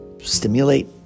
stimulate